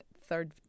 third